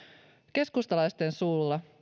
keskustalaisten suulla